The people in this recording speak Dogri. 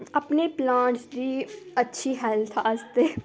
अपने प्लांटस् दी अच्छी हैल्थ आस्तै